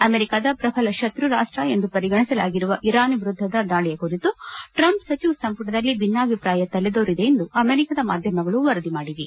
ಅಮೆರಿಕದ ಪ್ರಬಲ ಶತ್ರು ರಾಷ್ಟ್ ಎಂದು ಪರಿಗಣಿಸಲಾಗಿರುವ ಇರಾನ್ ವಿರುದ್ದದ ದಾಳಿ ಕುರಿತು ಟ್ರಂಪ್ ಸಚಿವ ಸಂಪುಟದಲ್ಲಿ ಭಿನ್ನಾಭಿಪ್ರಾಯ ತಲೆದೋರಿದೆ ಎಂದು ಅಮೆರಿಕದ ಮಾಧ್ಯಮಗಳು ವರದಿ ಮಾಡಿವೆ